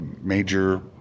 major